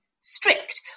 strict